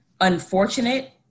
unfortunate